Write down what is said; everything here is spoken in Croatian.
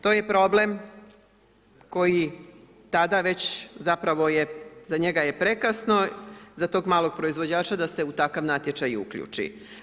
To je problem koji tada već zapravo je, za njega je prekasno, za tog malog proizvođača da se u takav natječaj i uključi.